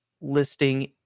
listing